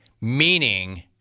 Meaning